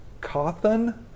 Cawthon